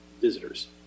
visitors